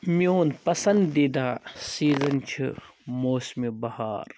میون پَسَندیٖدہ سیٖزَن چھُ موسمِ بہار